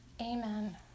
Amen